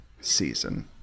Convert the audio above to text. season